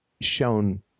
shown